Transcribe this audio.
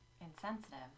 insensitive